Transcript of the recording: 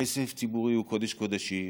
כסף ציבורי הוא קודש-קודשים,